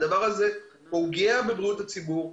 והדבר הזה פוגע בבריאות הציבור.